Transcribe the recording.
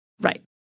Right